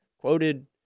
quoted